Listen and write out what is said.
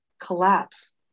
collapse